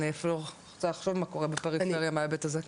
אני אפילו לא רוצה לחשוב מה קורה בפריפריה מההיבט הזה.